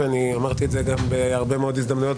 ואני אמרתי את זה גם בהרבה מאוד הזדמנויות,